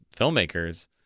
filmmakers